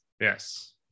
Yes